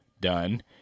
done